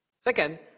Second